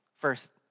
First